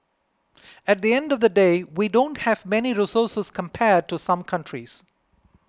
at the end of the day we don't have many resources compared to some countries